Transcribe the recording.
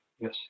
yes